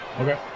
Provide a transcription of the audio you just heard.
Okay